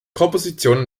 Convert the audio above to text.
kompositionen